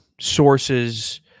sources